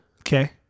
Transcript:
Okay